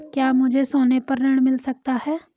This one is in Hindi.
क्या मुझे सोने पर ऋण मिल सकता है?